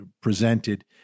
presented